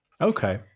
Okay